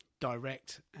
direct